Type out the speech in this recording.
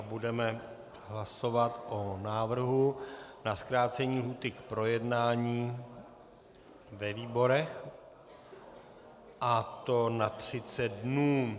Budeme hlasovat o návrhu na zkrácení lhůty k projednání ve výborech, a to na 30 dnů.